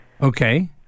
Okay